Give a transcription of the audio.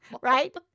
Right